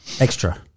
extra